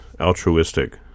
altruistic